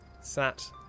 sat